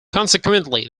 consequently